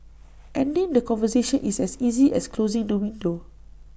ending the conversation is as easy as closing the window